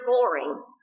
boring